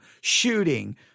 Shooting